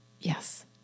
Yes